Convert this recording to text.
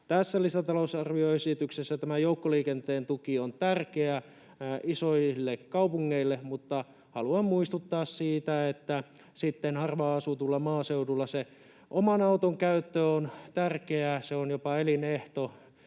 Tässä lisätalousarvioesityksessä joukkoliikenteen tuki on tärkeä isoille kaupungeille, mutta haluan muistuttaa siitä, että harvaan asutulla maaseudulla se oman auton käyttö on tärkeää, se on jopa elinehto.